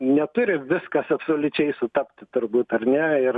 neturi viskas absoliučiai sutapti turbūt ar ne ir